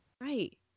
Right